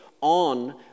on